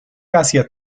hacia